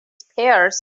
spears